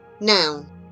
Noun